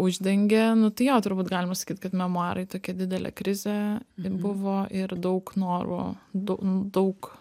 uždengia nu tai jo turbūt galima sakyt kad memuarai tokia didelė krizė buvo ir daug norų daug daug